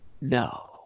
No